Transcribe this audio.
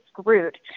screwed